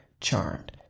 Charmed